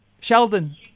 Sheldon